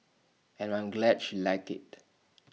and I'm glad she liked IT